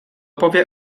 powie